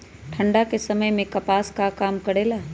ठंडा के समय मे कपास का काम करेला?